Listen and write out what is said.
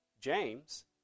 James